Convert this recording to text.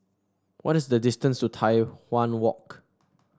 what is the distance to Tai Hwan Walk